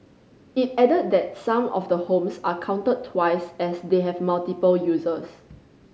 it added that some of the homes are counted twice as they have multiple uses